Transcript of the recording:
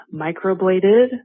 microbladed